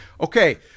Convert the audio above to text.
okay